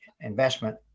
investment